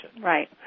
Right